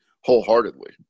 wholeheartedly